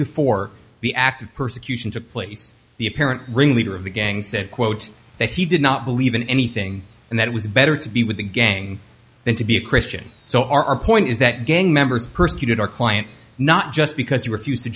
before the act of persecution took place the apparent ringleader of the gang said quote that he did not believe in anything and that it was better to be with the gang than to be a christian so our point is that gang members persecuted our client not just because he refused to